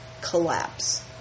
collapse